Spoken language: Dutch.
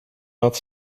had